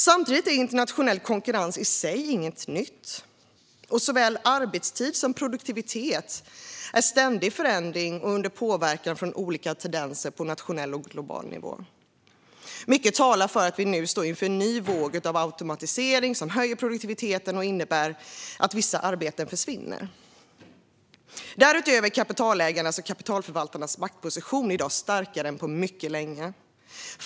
Samtidigt är internationell konkurrens i sig inget nytt, och såväl arbetstid som produktivitet är i ständig förändring och under påverkan från olika tendenser på nationell och global nivå. Mycket talar för att vi nu står inför en ny våg av automatisering, som höjer produktiviteten och innebär att vissa arbeten försvinner. Därutöver är kapitalägarnas och kapitalförvaltarnas maktposition i dag starkare än på mycket länge.